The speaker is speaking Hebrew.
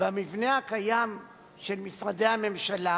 במבנה הקיים של משרדי הממשלה